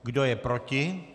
Kdo je proti?